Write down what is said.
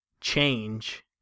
change